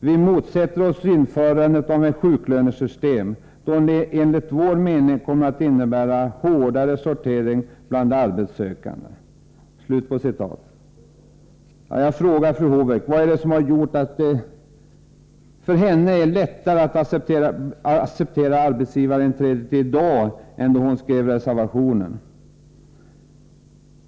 Vi motsätter oss införandet av ett sjuklönesystem då det enligt vår mening kommer att innebära hårdare sortering bland de arbetssökande.” Jag frågar fru Håvik vad det är som har gjort att det för henne är lättare att acceptera arbetsgivarinträdet i dag än då hon skrev reservationen.